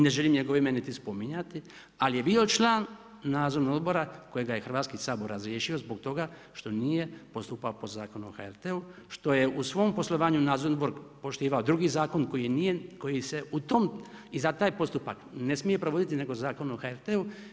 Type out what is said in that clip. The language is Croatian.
Ne želim njegovo ime niti spominjati, ali je bio član nadzornog odbora kojega je Hrvatski sabor razriješio, zbog toga što nije postupao po Zakonu o HRT-u, što je u svom poslovanju, nadzorni odbor poštivao drugi zakon, koji se u tom i za taj postupak ne smije provoditi nego Zakon o HRT-u.